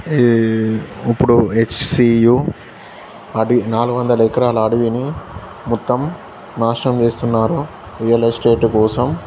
ఈ ఇప్పుడు H C U అడివి నాలుగు వందల ఎకరాల అడవిని మొత్తం నాశనం చేస్తున్నారు రియల్ ఎస్టేట్ కోసం